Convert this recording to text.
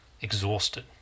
exhausted